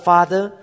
Father